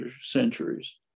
centuries